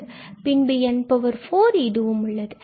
பின்பு n4இதுவும் உள்ளது